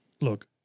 Look